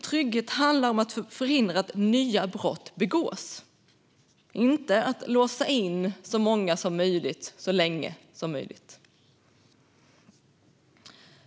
Trygghet handlar om att förhindra att nya brott begås, inte om att låsa in så många som möjligt så länge som möjligt.